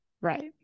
right